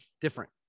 different